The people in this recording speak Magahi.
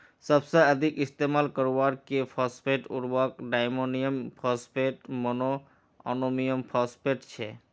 सबसे अधिक इस्तेमाल करवार के फॉस्फेट उर्वरक डायमोनियम फॉस्फेट, मोनोअमोनियमफॉस्फेट छेक